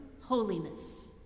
holiness